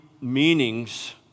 meanings